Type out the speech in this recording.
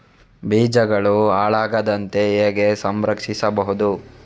ಬೀಜಗಳು ಹಾಳಾಗದಂತೆ ಹೇಗೆ ಸಂರಕ್ಷಿಸಬಹುದು?